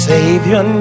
Savior